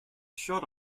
shot